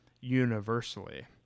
universally